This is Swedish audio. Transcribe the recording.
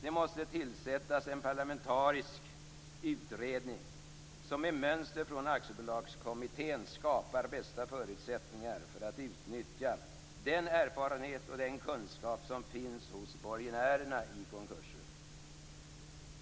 Det måste tillsättas en parlamentarisk utredning som med mönster från Aktiebolagskommittén skapar bästa förutsättningar för att utnyttja den erfarenhet och den kunskap som finns hos borgenärerna vid konkurser.